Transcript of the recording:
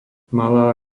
malá